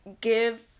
give